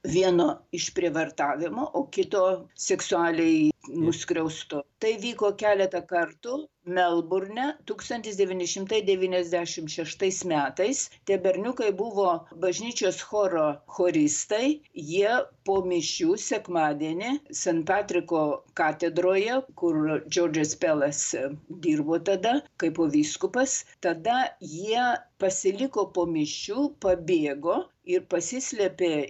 vieno išprievartavimo o kito seksualiai nuskriausto tai vyko keletą kartų melburne tūkstantis devyni šimtai devyniasdešimt šeštais metais tie berniukai buvo bažnyčios choro choristai jie po mišių sekmadienį sintatriko katedroje kur džordžas pelas dirbo tada kaip vyskupas tada jie pasiliko po mišių pabėgo ir pasislėpė